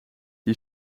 die